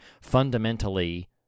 fundamentally